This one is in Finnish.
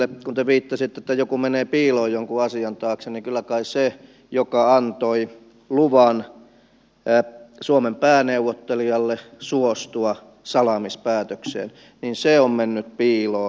kun te viittasitte siihen että joku menee piiloon jonkun asian taakse niin kyllä kai se joka antoi luvan suomen pääneuvottelijalle suostua salaamispäätökseen on mennyt piiloon